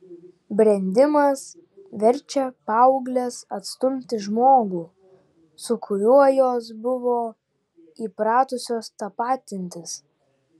brendimas verčia paaugles atstumti žmogų su kuriuo jos buvo įpratusios tapatintis